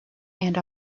and